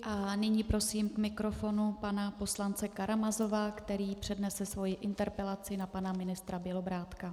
A nyní prosím k mikrofonu pana poslance Karamazova, který přednese svoji interpelaci na pana ministra Bělobrádka.